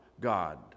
God